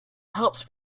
helps